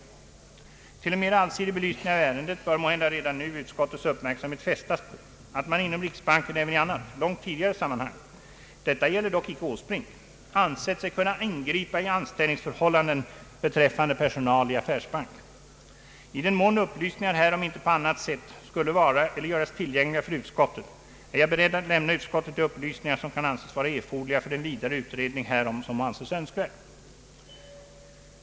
Till en mera allsidig belysning av ärendet bör måhända redan nu utskottets uppmärksamhet fästas på att man inom riksbanken även i annat, långt tidigare sammanhang — detta gäller dock icke Åsbrink — ansett sig kunna ingripa i anställningsförhållanden beträffande personal i affärsbank. I den mån upplysningar härom inte på annat sätt skulle vara eller göras tillgängliga för utskottet är jag beredd att lämna utskottet de upplysningar som kan vara erforderliga för den vidare utredning härom som må anses önskvärd.